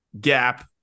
Gap